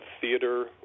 theater